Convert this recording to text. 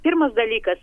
pirmas dalykas